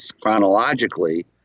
chronologically